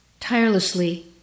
Tirelessly